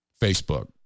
Facebook